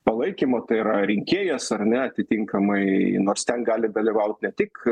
palaikymo tai yra rinkėjas ar ne atitinkamai nors ten gali dalyvaut ne tik